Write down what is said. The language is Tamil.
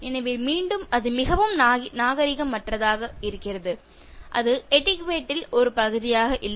எனவே மீண்டும் அது மிகவும் நாகரீகம் அற்றதாக இருக்கிறது அது எட்டிக்யுட்டே ன் ஒரு பகுதியாக இல்லை